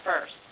first